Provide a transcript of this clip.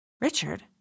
Richard